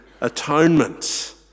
atonement